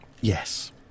Yes